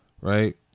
right